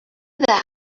that